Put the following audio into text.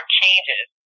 changes